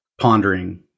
pondering